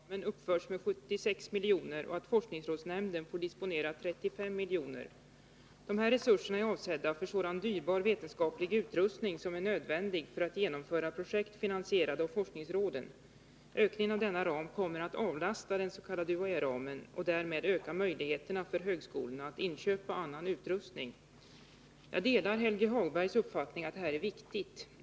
Herr talman! I propositionen föreslås att den s.k. UHÄ-ramen uppförs med 76 miljoner och att forskningsrådsnämnden får disponera 35 miljoner. De här resurserna är avsedda för sådan dyrbar vetenskaplig utrustning som är nödvändig för att genomföra projekt finansierade av forskningsråden. Ökningen inom denna ram kommer att avlasta den s.k. UHÄ-ramen och därmed öka möjligheterna för högskolorna att inköpa annan utrustning. Jag delar Helge Hagbergs uppfattning att detta är viktigt.